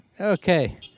Okay